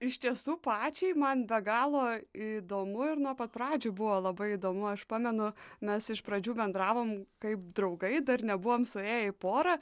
iš tiesų pačiai man be galo įdomu ir nuo pat pradžių buvo labai įdomu aš pamenu mes iš pradžių bendravom kaip draugai dar nebuvom suėję į porą